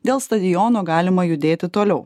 dėl stadiono galima judėti toliau